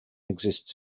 exists